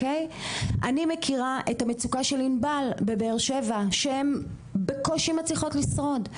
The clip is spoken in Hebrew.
אני מכירה את המצוקה של ענבל בבאר שבע שהם בקושי מצליחות לשרוד.